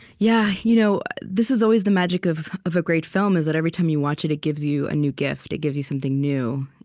yeah, you know this is always the magic of of a great film, is that every time you watch it, it gives you a new gift. it gives you something new.